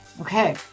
Okay